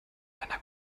einer